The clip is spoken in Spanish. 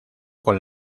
con